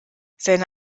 seine